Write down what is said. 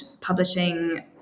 publishing